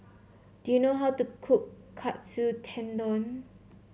do you know how to cook Katsu Tendon